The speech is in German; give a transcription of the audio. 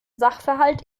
sachverhalt